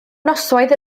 noswaith